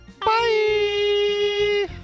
Bye